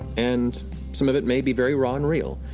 and some of it may be very raw and real,